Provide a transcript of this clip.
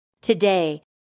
Today